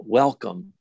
welcome